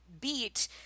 beat